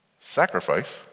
sacrifice